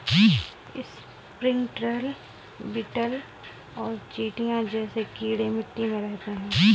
springtail, beetle और चींटियां जैसे कीड़े मिट्टी में रहते हैं